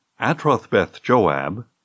Atrothbeth-Joab